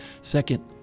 Second